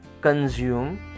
consume